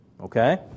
okay